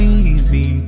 easy